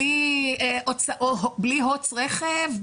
בלי הוצאות רכב,